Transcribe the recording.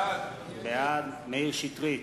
בעד מאיר שטרית,